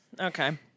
Okay